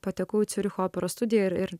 patekau į ciuricho operos studiją ir ir